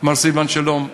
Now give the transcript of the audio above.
מר סילבן שלום,